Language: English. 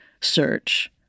search